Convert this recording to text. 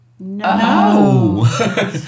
No